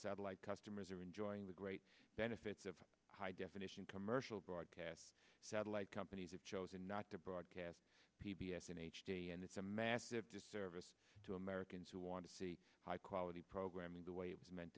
satellite customers are enjoying the great benefits of high definition commercial broadcast satellite companies have chosen not to broadcast p b s in h d and it's a massive disservice to americans who want to see high quality programming the way it was meant